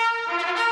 המדינה